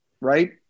right